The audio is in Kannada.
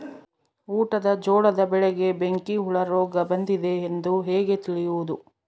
ಊಟದ ಜೋಳದ ಬೆಳೆಗೆ ಬೆಂಕಿ ಹುಳ ರೋಗ ಬಂದಿದೆ ಎಂದು ಹೇಗೆ ತಿಳಿಯುವುದು?